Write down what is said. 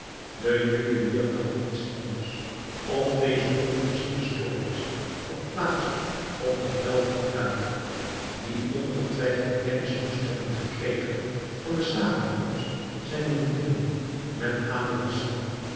de juwelier dacht niets anders of deze onvoorziene stoornis had plaats op bevel van den kalif die ongetwijfeld kennis moest hebben gekregen van de zamenkomst zijner beminde met